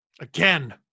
again